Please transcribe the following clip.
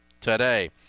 today